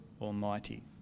Almighty